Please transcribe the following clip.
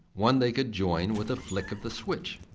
one they could join with a flick of the switch?